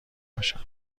باشم